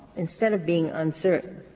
instead of being uncertain,